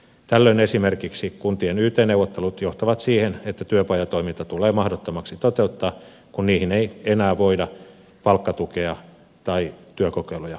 tällöin esimerkiksi kuntien yt neuvottelut johtavat siihen että työpajatoiminta tulee mahdottomaksi toteuttaa kun siihen ei enää voida palkkatukea tai työkokeiluja myöntää